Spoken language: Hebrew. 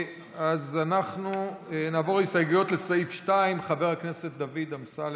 אז אנחנו נעבור להסתייגויות לסעיף 2. חבר הכנסת דוד אמסלם,